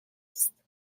است